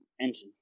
engine